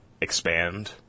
expand